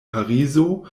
parizo